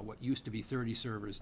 what used to be thirty servers